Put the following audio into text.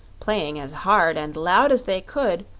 playing as hard and loud as they could,